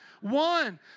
One